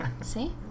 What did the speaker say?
see